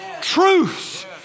truth